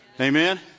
Amen